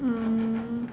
um